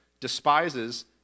despises